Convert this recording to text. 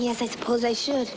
yes i suppose i should